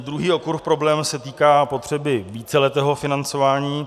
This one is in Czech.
Druhý okruh problémů se týká potřeby víceletého financování.